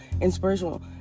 inspirational